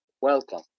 welcome